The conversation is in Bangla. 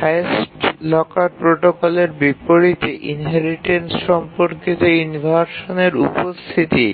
হাইয়েস্ট লকার প্রোটোকলের বিপরীতে ইনহেরিটেন্স সম্পর্কিত ইনভারশানের উপস্থিতি